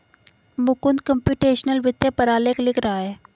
Mukund computational वित्त पर आलेख लिख रहा है